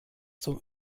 zum